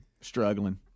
struggling